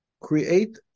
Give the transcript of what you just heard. create